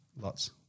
Lots